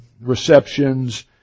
receptions